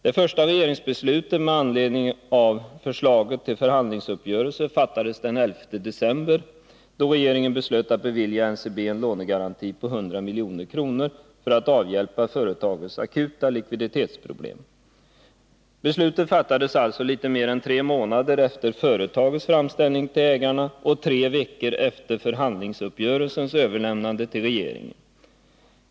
Det första regeringsbeslutet med anledning av förslaget till förhandlingsuppgörelse fattades den 11 december, då regeringen beslöt att bevilja NCB en lånegaranti på 100 milj.kr. för att avhjälpa företagets akuta likviditetsproblem. Beslutet fattades alltså litet mer än tre månader efter det att företaget gjort sin framställning till ägarna och tre veckor efter överlämnandet av förhandlingsuppgörelsen till regeringen.